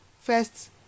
first